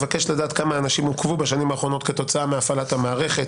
אבקש לדעת כמה אנשים עוכבו בשנים האחרונות כתוצאה מהפעלת המערכת,